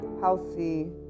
healthy